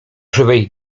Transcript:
żywej